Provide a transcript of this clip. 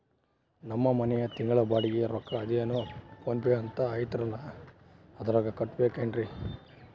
ನಮ್ಮ ಮನೆಯ ತಿಂಗಳ ಬಾಡಿಗೆ ರೊಕ್ಕ ಅದೇನೋ ಪೋನ್ ಪೇ ಅಂತಾ ಐತಲ್ರೇ ಅದರಾಗ ಕಟ್ಟಬಹುದೇನ್ರಿ?